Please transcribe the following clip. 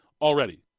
already